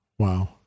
Wow